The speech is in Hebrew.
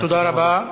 תודה רבה.